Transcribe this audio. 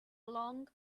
long